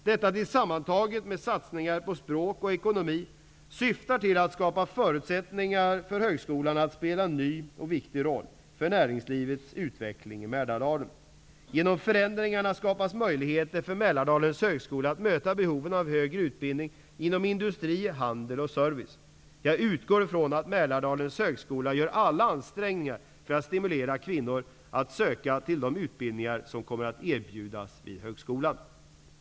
Detta sammantaget med satsningar på språk och ekonomi syftar till att skapa förutsättningar för högskolan att spela en ny och viktig roll för näringslivets utveckling i Mälardalen. Genom förändringarna skapas möjligheter för Mälardalens högskola att möta behoven av högre utbildning inom industri, handel och service. Jag utgår ifrån att Mälardalens högskola gör alla ansträngningar för att stimulera kvinnor att söka till de utbildningar som kommer att erbjudas vid Mälardalens högskola.